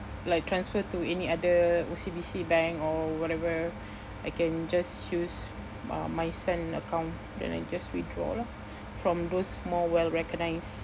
like transfer to any other O_C_B_C bank or whatever I can just use uh my send account then I just withdraw lah from those more well recognised